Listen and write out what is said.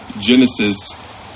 Genesis